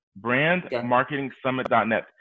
Brandmarketingsummit.net